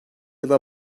yıla